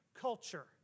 culture